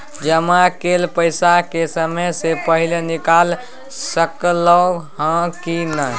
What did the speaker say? जमा कैल पैसा के समय से पहिले निकाल सकलौं ह की नय?